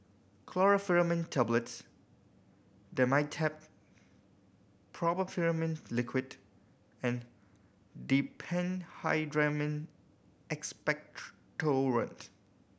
Chlorpheniramine Tablets Dimetapp Brompheniramine Liquid and Diphenhydramine Expectorant